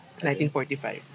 1945